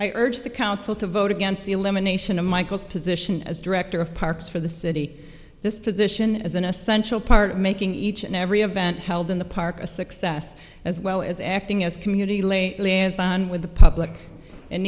urge the council to vote against the elimination of michael's position as director of parks for the city this position as an essential part of making each and every event held in the park a success as well as acting as community lately as found with the public and